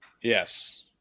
Yes